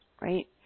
right